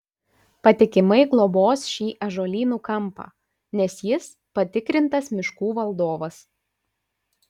patikimai globos šį ąžuolynų kampą nes jis patikrintas miškų valdovas